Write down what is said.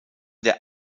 der